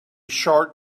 short